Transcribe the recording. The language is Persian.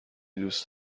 دوست